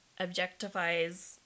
objectifies